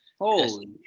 Holy